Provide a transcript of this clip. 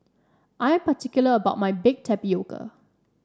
I am particular about my Baked Tapioca